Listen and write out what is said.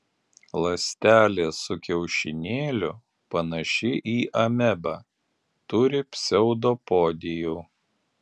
ląstelė su kiaušinėliu panaši į amebą turi pseudopodijų